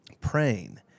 praying